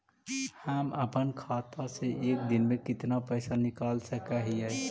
हम अपन खाता से एक दिन में कितना पैसा निकाल सक हिय?